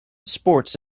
sports